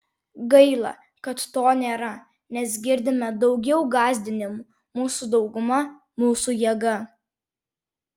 gaila kad to nėra nes girdime daugiau gąsdinimų mūsų dauguma mūsų jėga